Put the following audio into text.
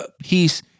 peace